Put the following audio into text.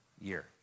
year